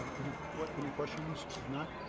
um any any questions? if not,